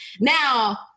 Now